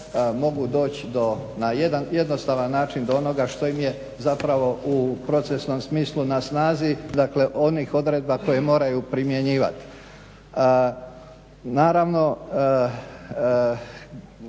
mogu doći do, na jedan jednostavan način do onoga što im je zapravo u procesnom smislu na snazi. Dakle, onih odredba koje moraju primjenjivati. Naravno